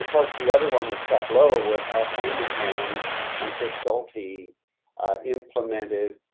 ah course, the other one was tableau where pat hanrahan and crystal t implemented,